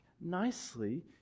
nicely